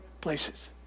places